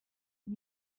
and